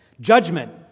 judgment